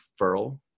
referral